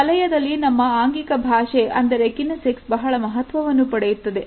ಈ ವಲಯದಲ್ಲಿ ನಮ್ಮ ಆಂಗಿಕ ಭಾಷೆ ಅಂದರೆ ಕಿನಿಸಿಕ್ಸ್ ಬಹಳ ಮಹತ್ವವನ್ನು ಪಡೆಯುತ್ತದೆ